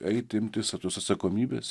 eit imtis ir tos atsakomybės